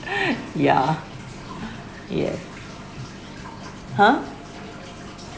yeah yes !huh!